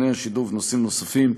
תוכני השידור ונושאים נוספים